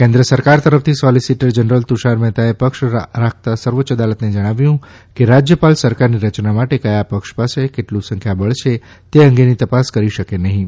કેન્દ્ર સરકાર તરફથી સોલીસીટર જનરલ તુષાર મહેતાએ પક્ષ રાખતા સર્વોચ્ય અદાલતને જણાવ્યું કે રાજ્યપાલ સરકારની રચના માટે કયા પક્ષ પાસે કેટલું સંખ્યાબળ છે તે અંગેની તપાસ કરી શકે નહીં